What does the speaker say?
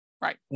Right